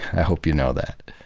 i hope you know that.